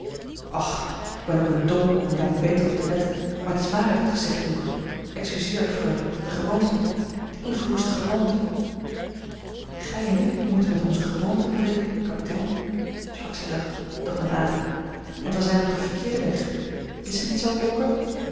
och ik ben ook een domkop om daar niet beter op te letten maar t is waarheid wat gij zegt jonker excuseer freule de gewoonte de ingeroeste gewoonte gij en ik moeten met onze gewoonten breken kapitein sprak zij zacht doch met nadruk want wij zijn op den verkeerden weg is het niet zoo jonker